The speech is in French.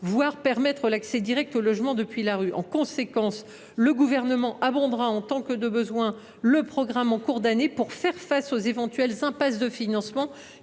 voire permettre l’accès direct au logement depuis la rue. En conséquence, le Gouvernement abondera autant que nécessaire ce programme en cours d’année, de manière à faire face aux éventuelles impasses de financement